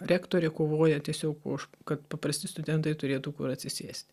rektorė kovoja tiesiog už kad paprasti studentai turėtų kur atsisėst